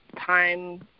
time